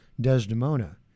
Desdemona